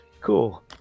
Cool